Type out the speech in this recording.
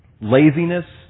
laziness